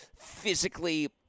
physically